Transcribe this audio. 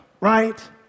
right